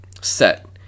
set